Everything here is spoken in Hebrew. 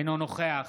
אינו נוכח